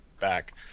back